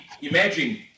imagine